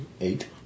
eight